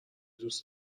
دوست